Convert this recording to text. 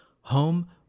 home